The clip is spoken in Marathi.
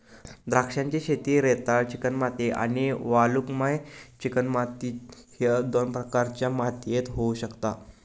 द्राक्षांची शेती रेताळ चिकणमाती आणि वालुकामय चिकणमाती ह्य दोन प्रकारच्या मातीयेत होऊ शकता